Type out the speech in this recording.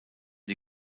die